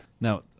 Now